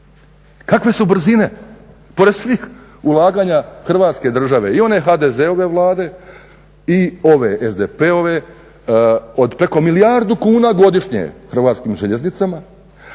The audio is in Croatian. Kakve su brzine pored svih ulaganja Hrvatske države i one HDZ-ove vlade i ove SDP-ove od preko milijardu kuna godišnje Hrvatskim željeznicama,